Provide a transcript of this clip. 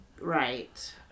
Right